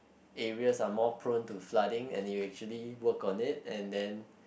areas are more prone to flooding and you actually work on it and then